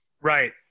right